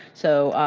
so,